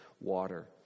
water